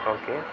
okay